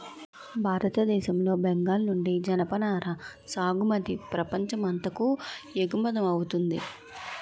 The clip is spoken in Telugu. భారతదేశం లో బెంగాల్ నుండి జనపనార సాగుమతి ప్రపంచం అంతాకు ఎగువమౌతుంది